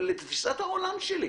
לתפיסת העולם שלי.